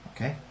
Okay